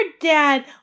dad